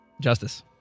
Justice